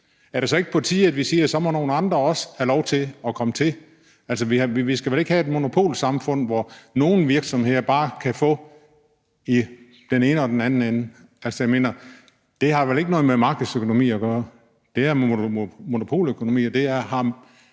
Er det så ikke på tide, at vi siger, at nogle andre også må have lov til at komme til? Vi skal vel ikke have et monopolsamfund, hvor nogle virksomheder bare kan få i den ene og den anden ende? Altså, det har vel ikke noget med markedsøkonomi at gøre, men det har